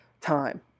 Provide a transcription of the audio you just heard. time